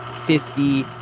fifty,